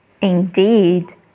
indeed